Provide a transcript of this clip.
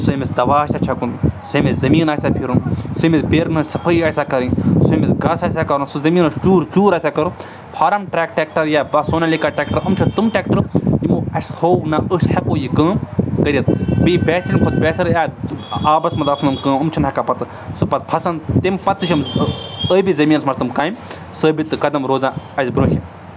سُہ أمِس دَوا آسیٛا چھَکُن سُہ أمِس زٔمیٖن آسیٛا پھِرُن سُہ أمِس بیرَن ہٕنٛز صفٲیی آسیٛا کَرٕنۍ سُہ أمِس گاسہٕ آسیٛا کَرُن سُہ زٔمیٖنَس چوٗر چوٗر آسیٛا کَرُن فارَم ٹرٛیک ٹیٚکٹَر یا بَس سونا لیکان ٹیٚکٹَر یِم چھِ تِم ٹیٚکٹَر یِمو اَسہِ ہوٚو نہ أسۍ ہیٚکو یہِ کٲم کٔرِتھ بیٚیہِ بہتریٖن کھۄتہٕ بہتر یا آبَس منٛز آسن یِم کٲم یِم چھِنہٕ ہٮ۪کان پَتہٕ سُہ پَتہٕ پھَسان تَمہِ پَتہٕ تہِ چھِ یِم ٲبی زٔمیٖنَس منٛز تِم کامہِ ثٲبِت تہٕ قدم روزان اَسہِ برٛونٛہہ یہِ